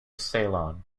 ceylon